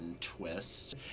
twist